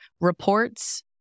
Reports